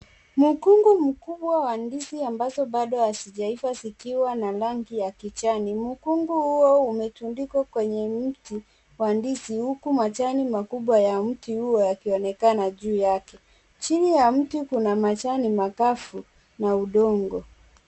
Mkungu mkubwa wa ndizi ambazo bado hazijaiva zikiwa na rangi ya kijani. Mkungu huo umetundikwa kwenye mti wa ndizi huku majani makubwa ya mti huo yakionekana juu yake. Chini ya mti kuna majani makavu na udongo.